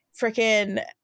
freaking